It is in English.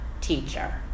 teacher